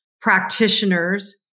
practitioners